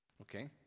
okay